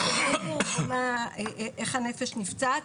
אז תחשבו איך הנפש נפצעת.